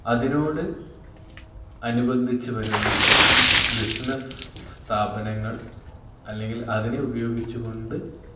അതിനോട് അനുബന്ധിച്ച് വരുന്ന ബിസിനസ്സ് സ്ഥാപനങ്ങൾ അല്ലെങ്കിൽ അതിനെ ഉപയോഗിച്ചുകൊണ്ട്